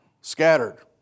Scattered